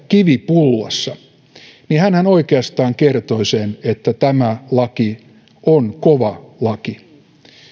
kivi pullassa niin hänhän oikeastaan kertoi sen että tämä laki on kova laki